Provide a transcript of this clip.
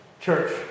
Church